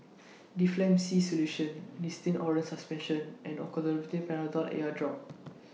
Difflam C Solution Nystatin Oral Suspension and Olopatadine Patanol Eyedrop